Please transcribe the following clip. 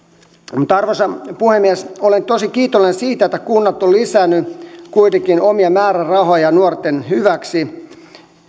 arvoisa puhemies olen tosi kiitollinen siitä että kunnat ovat lisänneet kuitenkin omia määrärahojaan nuorten hyväksi